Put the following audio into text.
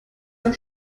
dein